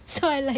so I like